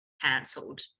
cancelled